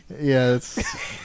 Yes